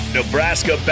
Nebraska